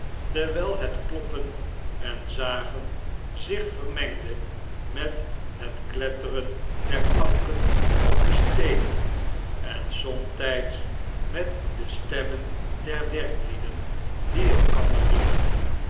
terwijl het kloppen en zagen zich vermengde met het kletteren der planken op de steenen en somtijds met de stemmen der werklieden die elkander riepen